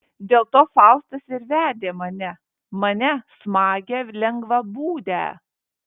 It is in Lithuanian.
dėl to faustas ir vedė mane mane smagią lengvabūdę